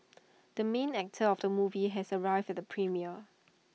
the main actor of the movie has arrived at the premiere